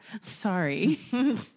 Sorry